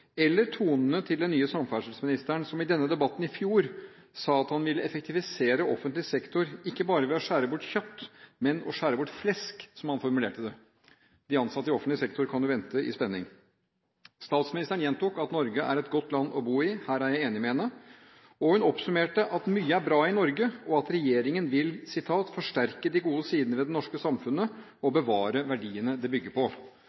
eller tonene til den nye samferdselsministeren, som i denne debatten i fjor sa at han ville effektivisere offentlig sektor ikke bare ved å skjære bort kjøtt, men å skjære bort flesk, som han formulerte det. De ansatte i offentlig sektor kan jo vente i spenning. Statsministeren gjentok at Norge er et godt land å bo i – her er jeg enig med henne – og hun oppsummerte at mye er bra i Norge, og at regjeringen vil «forsterke de gode sidene ved det norske samfunnet» og «bevare verdiene» det bygger på.